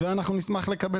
ואנחנו נשמח לקבל